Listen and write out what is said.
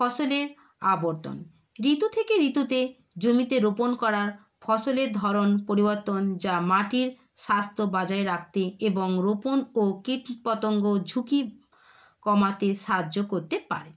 ফসলের আবর্তন ঋতু থেকে ঋতুতে জমিতে রোপণ করার ফসলের ধরন পরিবর্তন যা মাটির স্বাস্থ্য বজায় রাখতে এবং রোপণ ও কীটপতঙ্গ ঝুঁকি কমাতে সাহায্য করতে পারে